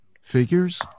figures